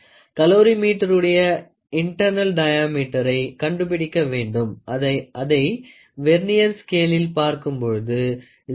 கலோரிமீட்டறுடைய internal டயாமீட்டரை கண்டுபிடிக்க வேண்டும் அதை வெர்னியர் ஸ்கேளில் பார்க்கும் பொழுது 0 error of minus 0